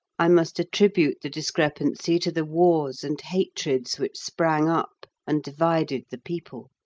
i must attribute the discrepancy to the wars and hatreds which sprang up and divided the people,